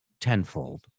tenfold